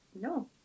no